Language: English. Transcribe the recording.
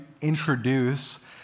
introduce